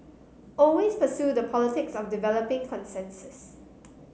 always pursue the politics of developing consensus